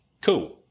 cool